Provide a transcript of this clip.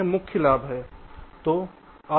यह मुख्य लाभ है